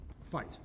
fight